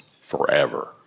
forever